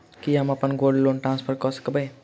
की हम अप्पन gold loan transfer करऽ सकबै?